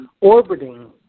orbiting